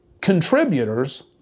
contributors